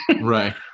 Right